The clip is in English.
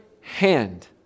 hand